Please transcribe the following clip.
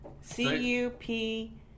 C-U-P